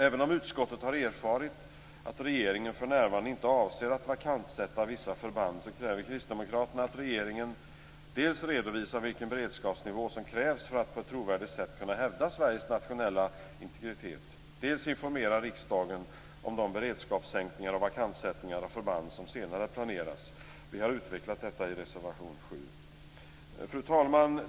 Även om utskottet har erfarit att regeringen för närvarande inte avser att vakantsätta vissa förband kräver Kristdemokraterna att regeringen dels redovisar vilken beredskapsnivå som krävs för att på ett trovärdigt sätt kunna hävda Sveriges nationella integritet, dels informerar riksdagen om de beredskapssänkningar och vakantsättningar av förband som senare planeras. Vi har utvecklat detta i reservation 7. Fru talman!